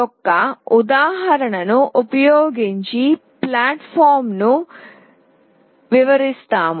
యొక్క ఉదాహరణను ఉపయోగించి ప్లాట్ఫారమ్ను వివరిస్తాము